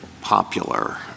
popular